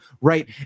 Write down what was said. right